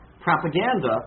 propaganda